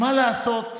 מה לעשות,